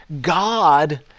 God